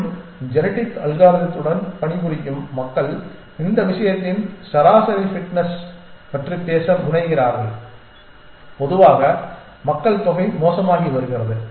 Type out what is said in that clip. மேலும் ஜெனடிக் அல்காரிதத்துடன் பணிபுரியும் மக்கள் இந்த விஷயத்தின் சராசரி ஃபிட்னஸ் பற்றி பேச முனைகிறார்கள் பொதுவாக மக்கள் தொகை மோசமாகி வருகிறது